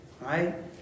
Right